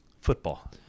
football